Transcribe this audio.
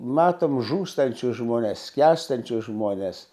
matom žūstančius žmones skęstančius žmones